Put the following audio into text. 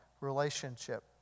relationship